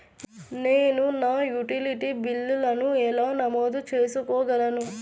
నేను నా యుటిలిటీ బిల్లులను ఎలా నమోదు చేసుకోగలను?